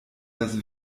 das